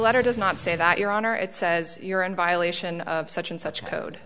letter does not say that your honor it says you're in violation of such and such code